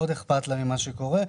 מאוד אכפת לה ממה שקורה,